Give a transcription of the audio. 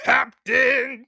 Captain